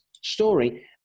story